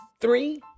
three